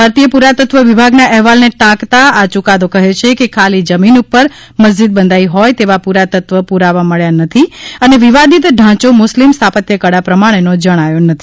ભારતીય પુરાતત્વ વિભાગના અહેવાલને ટાંકતા આ યુકાદો કહે છે કે ખાલી જમીન ઉપર મસ્જીદ બંધાઇ હોય તેવા પુરાતત્વ પુરાવા મળ્યા નથી અને વિવાદીત ઢાંચો મુસ્લીમ સ્થાપત્યકળા પ્રમાણેનો જણાયો નથી